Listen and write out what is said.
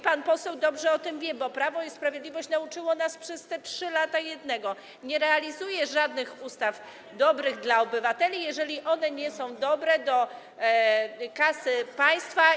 Pan poseł dobrze o tym wie, bo Prawo i Sprawiedliwość nauczyło nas przez te 3 lata jednego: nie realizuje żadnych ustaw dobrych dla obywateli, jeżeli one nie są dobre dla kasy państwa.